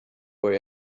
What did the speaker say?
boy